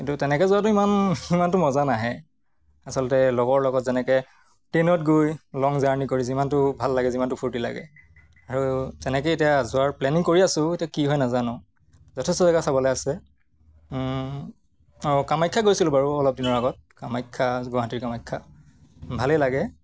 কিন্তু তেনেকৈ যোৱাটো ইমান ইমানটো মজা নাহে আচলতে লগৰ লগত যেনেকৈ ট্ৰেইনত গৈ লং জাৰ্ণি কৰি যিমানটো ভাল লাগে যিমানটো ফূৰ্তি লাগে আৰু তেনেকৈ এতিয়া যোৱাৰ প্লেনিং কৰি আছোঁ এতিয়া কি হয় নাজানো যথেষ্ট জেগা চাবলৈ আছে অঁ কামাখ্যা গৈছিলোঁ বাৰু অলপ দিনৰ আগত কামাখ্যা গুৱাহাটীৰ কামাখ্যা ভালেই লাগে